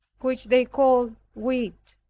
which they called wit.